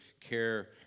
care